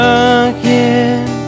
again